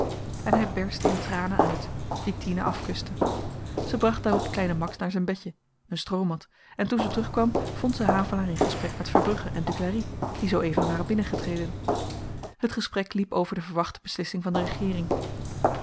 en hy berstte in tranen uit die tine afkuste zy bracht daarop kleinen max naar zyn bedjen een stroomat en toen ze terugkwam vond ze havelaar in gesprek met verbrugge en duclari die zoo-even waren binnen getreden het gesprek liep over de verwachte beslissing van de regeering